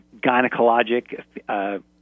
gynecologic –